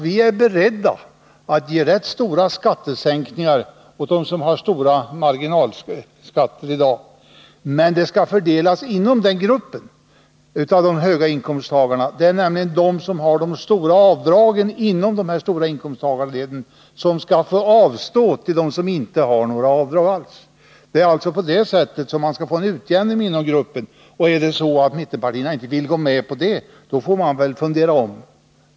Vi är beredda att ge ganska stora skattesänkningar åt dem som i dag har höga marginalskatter, men dessa sänkningar skall fördelas inom denna grupp av höginkomsttagare. De som inom höginkomsttagarledet har de stora avdragen skall nämligen få avstå till förmån för dem som inte har några avdrag alls. Det är på det sättet som vi skall få en utjämning inom gruppen. Och vill inte mittenpartierna gå med på detta, får de fundera om.